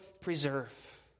preserve